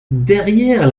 derrière